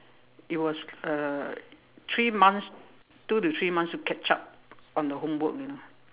it was uh three months two to three months to catch up on the homework you know